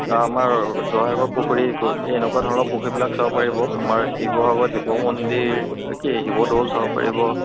আমাৰ জয়সাগৰ পুখুৰী এই এনেকুৱা ধৰণৰ পুখুৰীবিলাক চাব পাৰিব আমাৰ শিৱসাগৰত শিৱ মন্দিৰ কি শিৱদৌল চাব পাৰিব